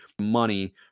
money